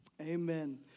amen